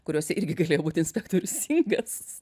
kuriuose irgi galėjo būti inspektorius singas